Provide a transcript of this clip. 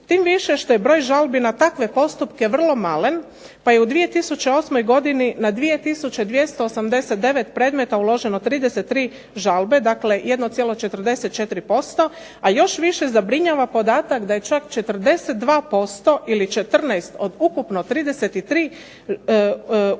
Tim više što je broj žalbi na takve postupke vrlo malen pa je u 2008. godini na 2 tisuće 289 predmeta uloženo 33 žalbe, dakle 1,44% a još više zabrinjava podatak da je čak 42% ili 14 od ukupno 33 uloženih